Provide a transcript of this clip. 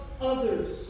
others